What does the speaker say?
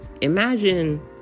Imagine